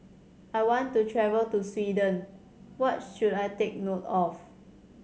I want to travel to Sweden what should I take note of